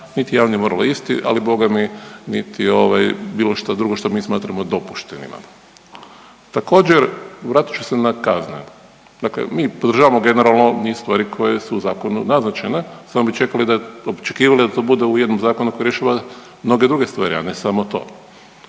niti je javni moral isti, ali boga mi niti ovaj bilo šta drugo što mi smatramo dopuštenima. Također, vratit ću se na kazne. Dakle, mi podržavamo generalno niz stvari koje su u zakonu naznačene samo bi čekali, očekivali da to bude u jednom zakonu koji rješava mnoge druge stvari, a ne samo to.